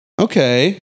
okay